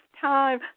time